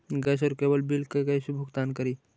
Gas और cable bill के कैसे भुगतान करी?